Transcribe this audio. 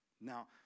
Now